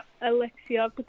Alexia